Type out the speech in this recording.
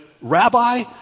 Rabbi